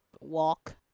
walk